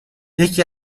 یکی